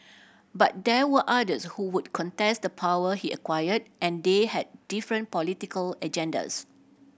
but there were others who would contest the power he acquired and they had different political agendas